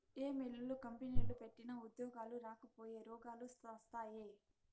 ఏ మిల్లులు, కంపెనీలు పెట్టినా ఉద్యోగాలు రాకపాయె, రోగాలు శాస్తాయే